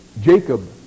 Jacob